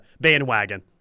bandwagon